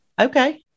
Okay